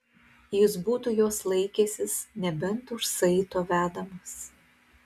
jis būtų jos laikęsis nebent už saito vedamas